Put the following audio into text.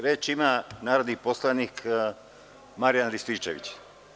Reč ima narodni poslanik Marijan Rističević.